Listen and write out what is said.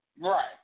Right